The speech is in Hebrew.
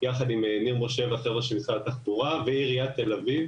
יחד עם ניר משה והחברה של משרד התחבורה ועיריית תל אביב,